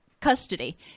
custody